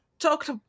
talked